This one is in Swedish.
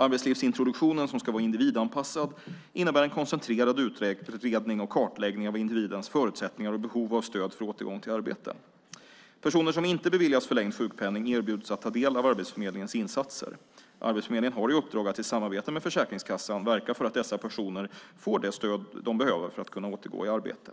Arbetslivsintroduktionen, som ska vara individanpassad, innebär en koncentrerad utredning och kartläggning av individens förutsättningar och behov av stöd för återgång till arbete. Personer som inte beviljas förlängd sjukpenning erbjuds att ta del av Arbetsförmedlingens insatser. Arbetsförmedlingen har i uppdrag att i samarbete med Försäkringskassan verka för att dessa personer får det stöd de behöver för att kunna återgå i arbete.